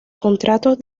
contratos